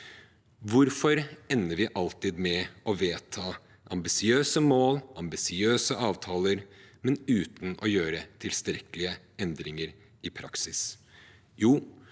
Hvorfor ender vi alltid med å vedta ambisiøse mål og ambisiøse avtaler uten å gjøre tilstrekkelige endringer i praksis?